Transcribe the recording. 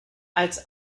als